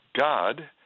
God